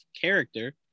character